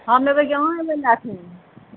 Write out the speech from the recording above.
हम एबै कि अहाँ एबै लए कऽ